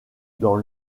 dans